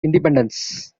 independence